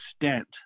extent